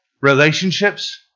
relationships